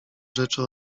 rzeczy